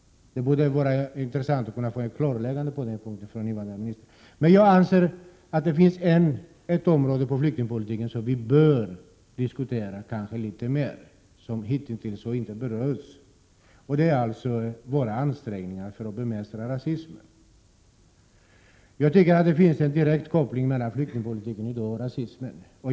Det vore intressant med ett klarläggande från invandrarministern på den punkten. Ett område inom flyktingpolitiken anser jag att vi bör diskutera litet mer. Vi har hittills inte berört frågan. Det gäller våra ansträngningar för att bemästra rasismen. Jag tycker att det finns en direkt koppling mellan flyktingpolitiken och rasismen.